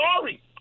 sorry